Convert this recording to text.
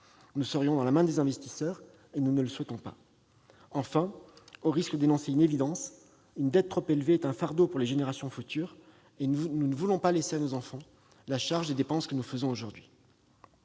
Nous serions dans la main des investisseurs, ce que nous ne souhaitons pas. Enfin, au risque d'énoncer une évidence, une dette trop élevée est un fardeau pour les générations futures. Nous ne voulons pas laisser à nos enfants la charge des dépenses que nous faisons aujourd'hui.